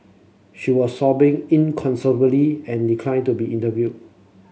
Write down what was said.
she was sobbing inconsolably and declined to be interviewed